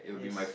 yes